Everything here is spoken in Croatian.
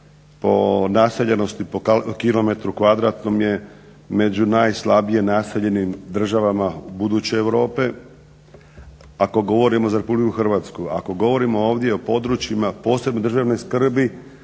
po naseljenost, po kilometru kvadratnom je među najslabije naseljenim državama buduće Europe. Ako govorimo za Republiku Hrvatsku. Ako govorimo ovdje o područjima posebne državne skrbi